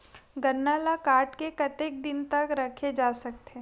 गन्ना ल काट के कतेक दिन तक रखे जा सकथे?